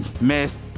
Miss